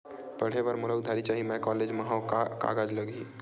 पढ़े बर मोला उधारी चाही मैं कॉलेज मा हव, का कागज लगही?